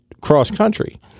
cross-country